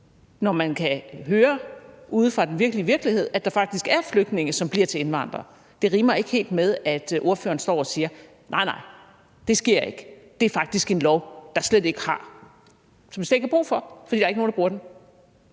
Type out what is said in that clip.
At man kan høre ude fra den virkelige virkelighed, at der faktisk er flygtninge, som bliver til indvandrere, rimer ikke helt med, at ordføreren står og siger: Nej, nej, det sker ikke, det er faktisk en lov, der slet ikke er brug for, for der er ikke nogen, der bruger den.